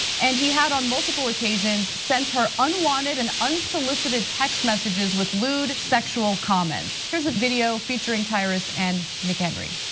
and he had, on multiple occasions, sent her unwanted and unsolicited text messages with lewd, sexual comments. here's a video featuring tyrus and mchenry.